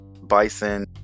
Bison